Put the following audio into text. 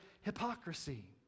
hypocrisy